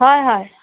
হয় হয়